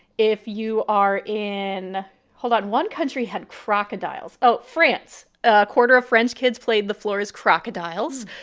if you are in hold on, one country had crocodiles oh, france. a quarter of french kids played the floor is crocodiles.